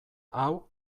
hau